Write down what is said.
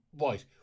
right